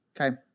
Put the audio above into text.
Okay